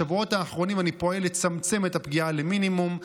בשבועות האחרונים אני פועל לצמצם את הפגיעה למינימום,